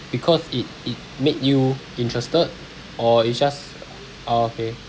because it it made you interested or it's just oh okay